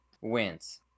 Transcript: wins